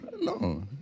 no